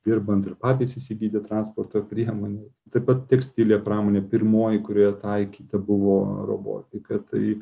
dirbant ir patys įsigyti transporto priemonių taip pat tekstilės pramonė pirmoji kurioje taikyta buvo robotika tai